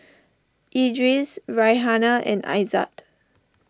Idris Raihana and Aizat